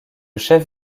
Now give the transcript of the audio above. chef